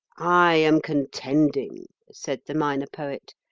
i am contending, said the minor poet,